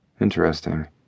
Interesting